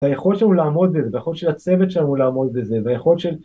‫את היכולת שלנו לעמוד בזה, ‫והיכולת של הצוות שלנו לעמוד בזה, ‫והיכולת של...